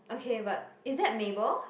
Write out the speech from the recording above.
okay but is that Mable